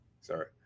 sorry